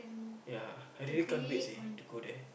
ya I really can't wait seh to go there